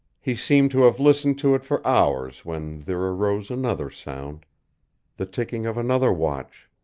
he seemed to have listened to it for hours when there arose another sound the ticking of another watch.